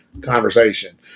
conversation